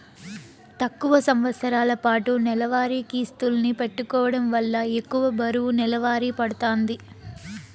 తక్కువ సంవస్తరాలపాటు నెలవారీ కిస్తుల్ని పెట్టుకోవడం వల్ల ఎక్కువ బరువు నెలవారీ పడతాంది